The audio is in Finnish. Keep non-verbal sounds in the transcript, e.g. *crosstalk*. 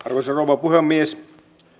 *unintelligible* arvoisa rouva puhemies